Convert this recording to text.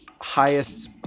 highest